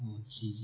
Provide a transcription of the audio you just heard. G G